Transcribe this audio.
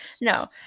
no